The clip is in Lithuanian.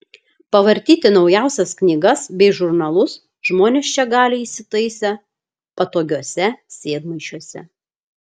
pavartyti naujausias knygas bei žurnalus žmonės čia gali įsitaisę patogiuose sėdmaišiuose